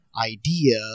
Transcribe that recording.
idea